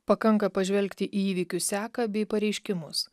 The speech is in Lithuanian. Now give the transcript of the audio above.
pakanka pažvelgti į įvykių seką bei pareiškimus